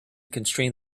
constrain